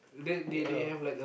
ya